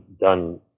done